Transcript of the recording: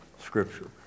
Scripture